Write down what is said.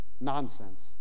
nonsense